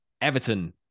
Everton